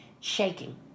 shaking